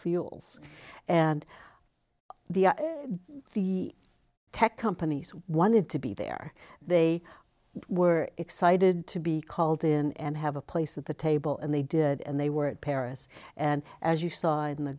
fuels and the tech companies wanted to be there they were excited to be called in and have a place at the table and they did and they were at paris and as you saw in the